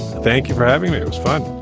thank you for having me. it's fun.